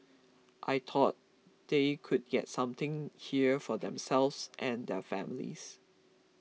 I thought they could get something here for themselves and their families